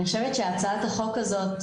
אני חושבת שהצעת החוק הזאת,